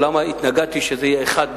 ולמה התנגדתי שזה יהיה אחד,